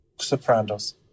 sopranos